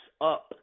up